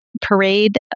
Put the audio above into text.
parade